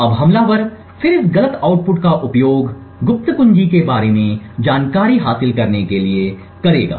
अब हमलावर फिर इस गलत आउटपुट का उपयोग गुप्त कुंजी के बारे में जानकारी हासिल करने के लिए करेगा